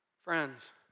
Friends